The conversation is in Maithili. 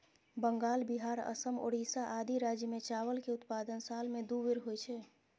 बंगाल, बिहार, असम, ओड़िशा आदि राज्य मे चावल के उत्पादन साल मे दू बेर होइ छै